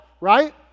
Right